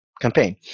campaign